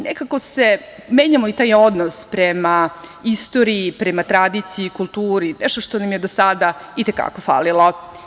Nekako se menja i taj odnos prema istoriji, prema tradiciji, prema kulturi, nešto što nam je do sada i te kako falilo.